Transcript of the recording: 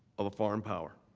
of a foreign power.